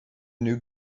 new